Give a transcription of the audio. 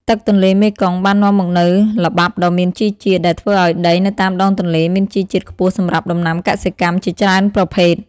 ទឹកទន្លេមេគង្គបាននាំមកនូវល្បាប់ដ៏មានជីជាតិ ដែលធ្វើឲ្យដីនៅតាមដងទន្លេមានជីជាតិខ្ពស់សម្រាប់ដំណាំកសិកម្មជាច្រើនប្រភេទ។